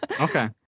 okay